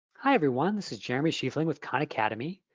hi everyone. this is jeremy schifeling with khan academy.